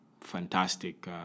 fantastic